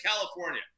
California